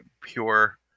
pure